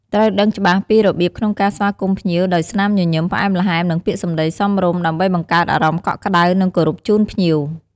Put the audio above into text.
ត្រូវដឹងច្បាស់ពីរបៀបក្នុងការស្វាគមន៍ភ្ញៀវដោយស្នាមញញឹមផ្អែមល្ហែម និងពាក្យសម្តីសមរម្យ ដើម្បីបង្កើតអារម្មណ៍កក់ក្ដៅ និងគោរពជូនភ្ញៀវ។